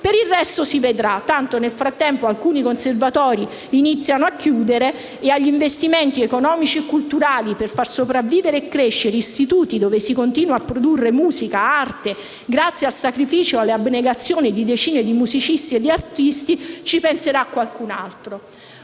per il resto si vedrà, tanto nel frattempo alcuni conservatori iniziano a chiudere e agli investimenti economici e culturali per far sopravvivere e crescere istituti dove si continua a produrre musica e arte, grazie al sacrificio e all'abnegazione di decine di musicisti e di artisti, ci penserà qualcun altro.